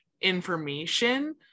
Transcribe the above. information